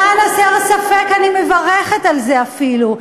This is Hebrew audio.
למען הסר ספק, אני מברכת על זה אפילו.